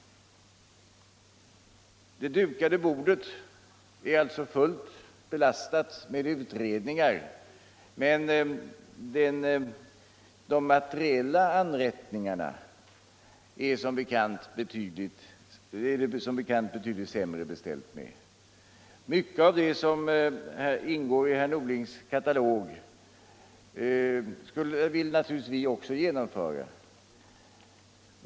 Det dukade bordet är alltså fullt belastat med utredningar, men med materiella anrättningar är det som bekant betydligt sämre beställt. Mycket av det som ingår i herr Norlings katalog vill vi naturligtvis också genomföra.